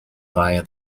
via